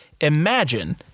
imagine